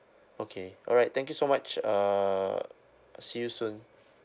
okay all right thank you so much err see you soon